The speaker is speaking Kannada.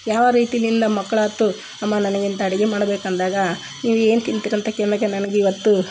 ಯಾವ ರೀತಿಯಲ್ಲಿ ನಮ್ಮ ಮಕ್ಳು ಆಯ್ತು ಅಮ್ಮ ನನ್ಗೆ ಇಂಥ ಅಡುಗೆ ಮಾಡ್ಬೇಕು ಅಂದಾಗ ನೀವು ಏನು ತಿಂತೀರ ಅಂತ ಕೇಳ್ದಾಗ ನನ್ಗೆ ಇವತ್ತು